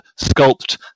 Sculpt